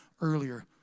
earlier